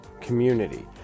community